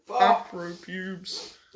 Afro-pubes